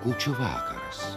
kūčių vakaras